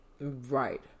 right